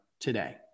today